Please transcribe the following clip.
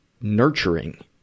nurturing